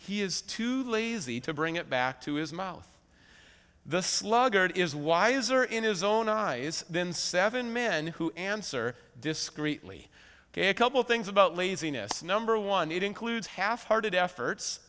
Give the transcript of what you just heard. he is too lazy to bring it back to his mouth the sluggard is wiser in his own eyes than seven men who answer discreetly ok a couple things about laziness number one it includes half hearted efforts